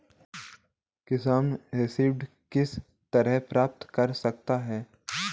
किसान ऋण किस तरह प्राप्त कर सकते हैं?